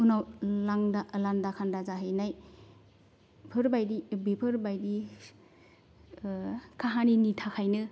उनाव लांदा लान्दा खान्दा जाहैनायफोरबायदि बेफोरबायदि खाहानिनि थाखायनो